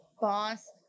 Boss